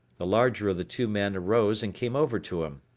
the larger of the two men arose and came over to him.